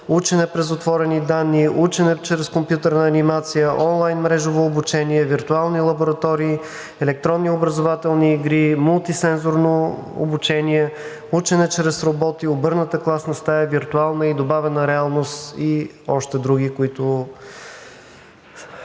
учене през отворени данни; учене чрез компютърна анимация; онлайн мрежово обучение; виртуални лаборатории; електронни образователни игри; мултисензорно обучение; учене чрез роботи; обърната класна стая; виртуална и добавена реалност; и още други, които